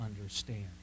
understand